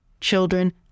children